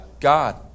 God